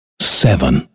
seven